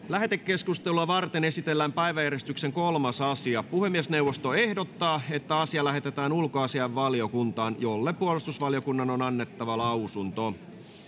lähetekeskustelua varten esitellään päiväjärjestyksen kolmas asia puhemiesneuvosto ehdottaa että asia lähetetään ulkoasiainvaliokuntaan jolle puolustusvaliokunnan on annettava lausunto